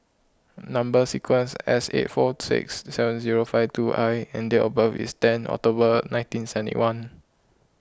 Number Sequence is S eight four six seven zero five two I and date of birth is ten October nineteen seventy one